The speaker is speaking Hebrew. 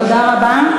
תודה רבה.